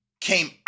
came